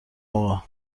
آقا